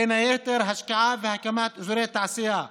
בין היתר, השקעה והקמה של אזורי תעשייה,